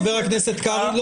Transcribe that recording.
חבר הכנסת קרעי,